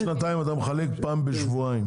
אם נניח בעוד שנתיים אתה מחלק פעם בשבועיים,